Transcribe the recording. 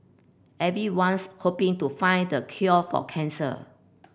everyone's hoping to find the cure for cancer